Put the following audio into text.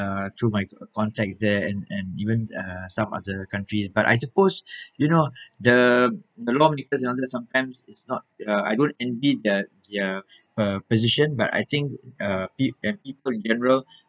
uh through my c~ contacts there and and even uh some other countries but I suppose you know the the long distance and all that sometimes is not uh I don't envy their their uh position but I think uh p~ and people in general